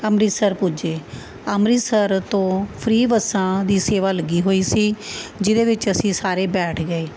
ਅੰਮ੍ਰਿਤਸਰ ਪੁੱਜੇ ਅੰਮ੍ਰਿਤਸਰ ਤੋਂ ਫਰੀ ਬੱਸਾਂ ਦੀ ਸੇਵਾ ਲੱਗੀ ਹੋਈ ਸੀ ਜਿਹਦੇ ਵਿੱਚ ਅਸੀਂ ਸਾਰੇ ਬੈਠ ਗਏ